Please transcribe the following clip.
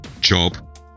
job